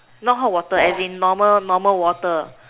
not hot water normal normal water